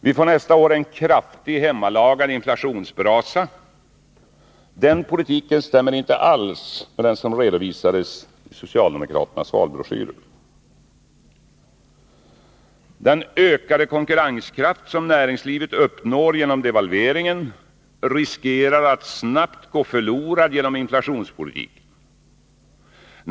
Vi får nästa år en kraftig ”hemmalagad” inflationsbrasa. Den politiken stämmer inte alls med den som redovisades i socialdemokraternas valbroschyrer. Den ökade konkurrenskraft som näringslivet uppnår genom devalveringen riskerar att snabbt gå förlorad genom inflationspolitiken.